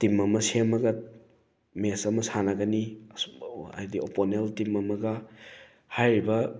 team ꯑꯃ ꯁꯦꯝꯃꯒ match ꯑꯃ ꯁꯥꯟꯅꯒꯅꯤ ꯍꯥꯏꯗꯤ ꯑꯣꯞꯄꯣꯅꯦꯟ ꯇꯤꯝ ꯑꯃꯒ ꯍꯥꯏꯔꯤꯕ